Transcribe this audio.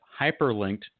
hyperlinked